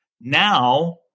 Now